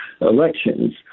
elections